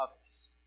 others